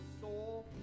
soul